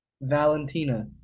Valentina